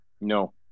No